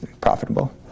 profitable